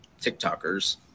TikTokers